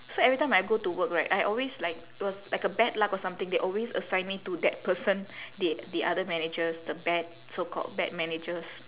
so every time I go to work right I always like it was like a bad luck or something they always assign me to that person the the other manager's the bad so called bad manager's